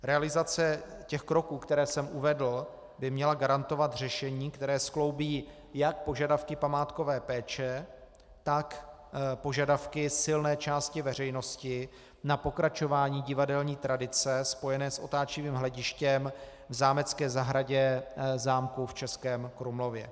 Realizace těch kroků, které jsem uvedl, by měla garantovat řešení, které skloubí jak požadavky památkové péče, tak požadavky silné části veřejnosti na pokračování divadelní tradice spojené s otáčivým hledištěm v zámecké zahradě zámku v Českém Krumlově.